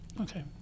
Okay